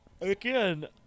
Again